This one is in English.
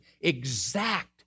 exact